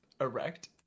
Erect